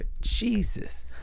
Jesus